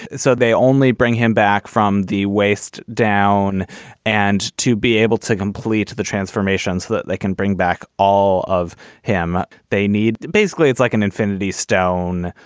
so they only bring him back from the waist down and to be able to complete the transformation so that they can bring back all of him they need. basically, it's like an infinity. so down.